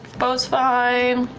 beau's fine.